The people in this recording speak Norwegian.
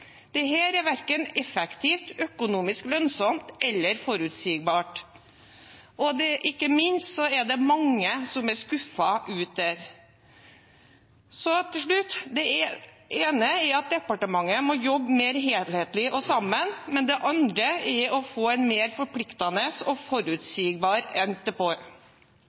er verken effektivt, økonomisk lønnsomt eller forutsigbart – og ikke minst er det mange der ute som er skuffet. Til slutt: Det ene er at departementet må jobbe mer helhetlig og sammen, og det andre er å få en mer forpliktende og forutsigbar